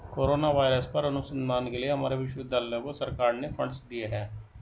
corona virus पर अनुसंधान के लिए हमारे विश्वविद्यालय को सरकार ने फंडस दिए हैं